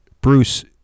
Bruce